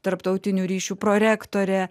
tarptautinių ryšių prorektorė